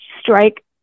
strike